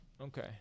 Okay